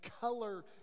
color